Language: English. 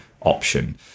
option